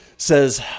says